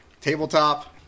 Tabletop